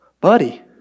buddy